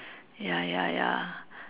ya ya ya